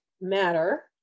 matter